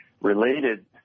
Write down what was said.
related